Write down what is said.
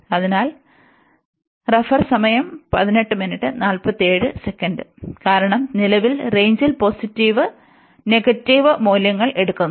അതിനാൽ കാരണം നിലവിൽ റേഞ്ചിൽ പോസിറ്റീവ് നെഗറ്റീവ് മൂല്യങ്ങൾ എടുക്കുന്നു